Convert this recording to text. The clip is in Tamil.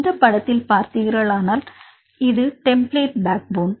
இந்த படத்தில் பார்த்தீர்களானால் இது டெம்பிளேட் பேக் போன்